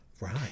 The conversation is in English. Right